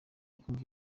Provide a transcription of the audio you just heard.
kumva